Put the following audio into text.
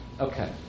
Okay